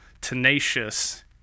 tenacious